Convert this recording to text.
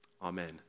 Amen